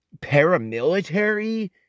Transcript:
paramilitary